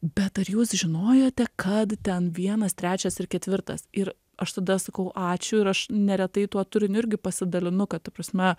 bet ar jūs žinojote kad ten vienas trečias ir ketvirtas ir aš tada sakau ačiū ir aš neretai tuo turiniu irgi pasidalinu kad ta prasme